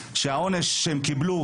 כשהעונש שהם קיבלו,